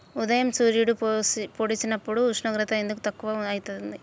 ఉదయం సూర్యుడు పొడిసినప్పుడు ఉష్ణోగ్రత ఎందుకు తక్కువ ఐతుంది?